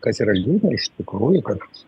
kas yra liūdna iš tikrųjų kad